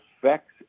affects